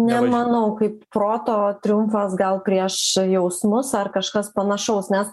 nemanau kaip proto triumfas gal prieš jausmus ar kažkas panašaus nes